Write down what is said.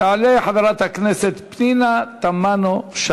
תעלה חברת הכנסת פנינה תמנו-שטה,